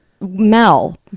Mel